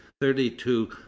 thirty-two